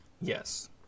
Yes